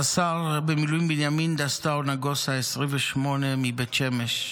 רס"ר במיל' בנימין דסטאו נגוסה, בן 28, מבית שמש,